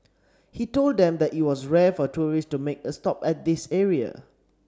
he told them that it was rare for tourists to make a stop at this area